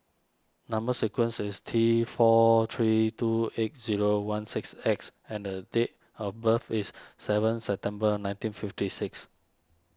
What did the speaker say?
Number Sequence is T four three two eight zero one six X and a date of birth is seven September nineteen fifty six